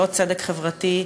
לא צדק חברתי.